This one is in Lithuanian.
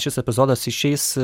šis epizodas išeis